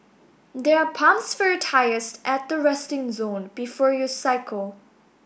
there are pumps for your tyres at the resting zone before you cycle